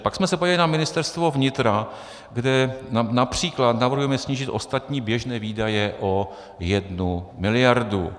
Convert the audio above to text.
Pak jsme se podívali na Ministerstvo vnitra, kde například navrhujeme snížit ostatní běžné výdaje o jednu miliardu.